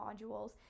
modules